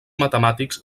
matemàtics